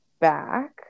back